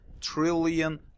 trillion